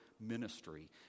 ministry